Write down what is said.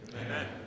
Amen